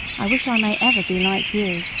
i wish i may ever be like you.